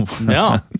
No